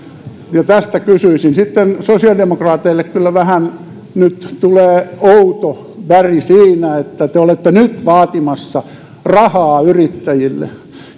ja tästä kysyisin sitten sosiaalidemokraateille kyllä vähän tulee outo väri siinä että te olette nyt vaatimassa rahaa yrittäjille